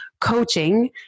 coaching